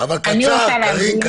אבל קצר, קארין.